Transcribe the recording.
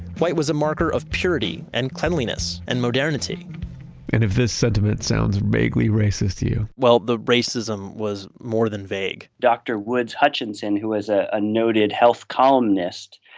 white was a marker of purity and cleanliness, and modernity and if this sentiment sounds vaguely racist to you, well, the racism was more than vague dr. woods hutchinson, who was ah a noted health columnist,